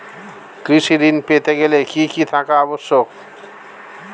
কৃষি ঋণ পেতে গেলে কি কি থাকা আবশ্যক?